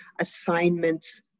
assignments